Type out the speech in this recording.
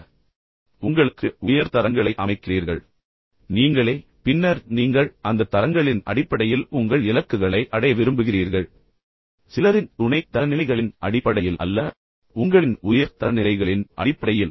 நீங்கள் ஒரு நிலையை அடைகிறீர்கள் பின்னர் நீங்கள் உங்களுக்கு உங்களுக்கு உயர் தரங்களை அமைக்கிறீர்கள் நீங்களே பின்னர் நீங்கள் அந்த தரங்களின் அடிப்படையில் உங்கள் இலக்குகளை அடைய விரும்புகிறீர்கள் சில நபர்களால் அமைக்கப்பட்ட துணை தரநிலைகளின் அடிப்படையில் அல்ல ஆனால் நீங்கள் அமைத்த உங்கள் சொந்த உயர் தரநிலைகளின் அடிப்படையில்